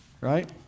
Right